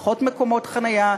פחות מקומות חניה,